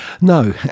No